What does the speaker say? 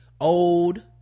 old